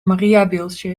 mariabeeldje